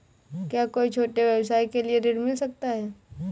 क्या कोई छोटे व्यवसाय के लिए ऋण मिल सकता है?